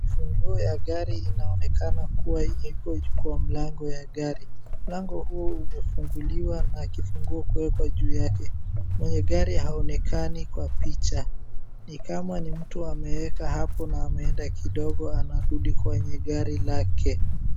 Funguo ya gari inaonekana kuwa iko kwa mlango ya gari. Mlango huo umefunguliwa na kifunguo kuwekwa juu yake. Mwenye gari haonekani kwa picha. Ni kama ni mtu ameeka hapo na ameenda kidogo anarudi kwenye gari lake.